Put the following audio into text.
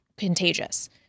contagious